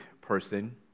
person